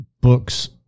books